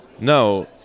No